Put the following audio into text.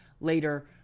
later